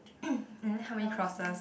and then how many crosses